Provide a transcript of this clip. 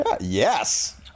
Yes